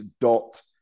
dot